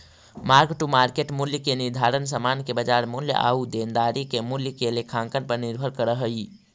mark to market मूल्य के निर्धारण समान के बाजार मूल्य आउ देनदारी के मूल्य के लेखांकन पर निर्भर करऽ हई